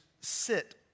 sit